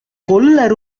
கொல்ல